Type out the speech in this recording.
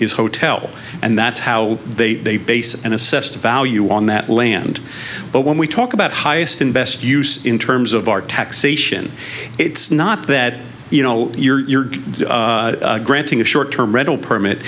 is hotel and that's how they base and assessed value on that land but when we talk about highest and best use in terms of our taxation it's not that you know your granting a short term rental permit